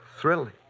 Thrilling